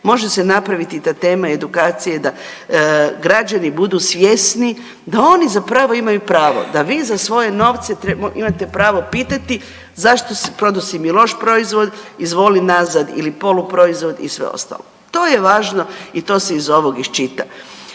može se napraviti da tema edukacije da građani budu svjesni da oni zapravo imaju pravo, da vi za svoje novce imate pravo pitati zašto, prodao si mi loš proizvod, izvoli nazad ili poluproizvod i sve ostalo. To je važno i to se iz ovog iščita.